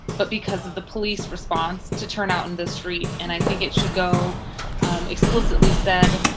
but because of the police response, to turn out in the street, and i think it should go explicitly said,